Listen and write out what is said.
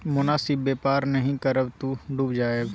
मोनासिब बेपार नहि करब तँ डुबि जाएब